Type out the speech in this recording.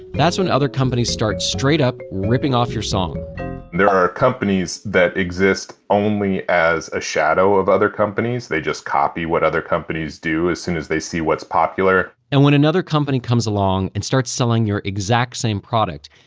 that's when other companies start straight up ripping off your song there are companies that exist only as a shadow of other companies. they just copy what other companies do as soon as they see what's popular and when another company comes along and starts selling your exact same product,